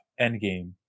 Endgame